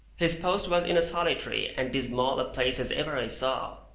his post was in as solitary and dismal a place as ever i saw.